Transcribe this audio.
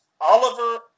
Oliver